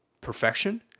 Perfection